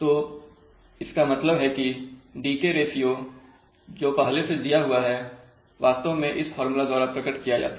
तो इसका मतलब है कि डीके रेशियो जो पहले से दिया हुआ है वास्तव में इस फार्मूला द्वारा प्रकट किया जाता है